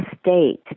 state